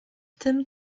tym